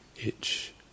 itch